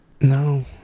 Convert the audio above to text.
No